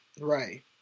Right